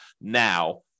now